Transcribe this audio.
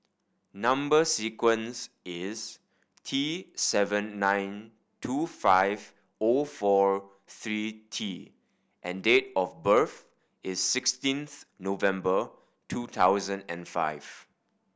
number sequence is T seven nine two five O four three T and date of birth is sixteens November two thousand and five